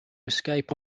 escape